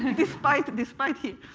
ah despite despite it.